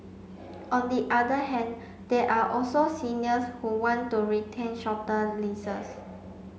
on the other hand there are also seniors who want to retain shorter leases